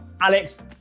Alex